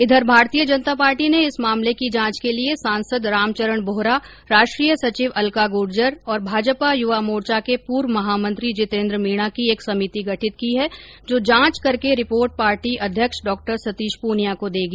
इधर भारतीय जनता पार्टी ने इस मामले की जांच के लिये सांसद रामचरण बोहरा राष्ट्रीय सचिव अलका गूर्जर और भाजपा युवा मोर्चा के पूर्व महामंत्री जितेंद्र मीणा की एक समिति गठित की है जो जांच करके रिपोर्ट पार्टी अध्यक्ष डॉ सतीश पूनियां को देगी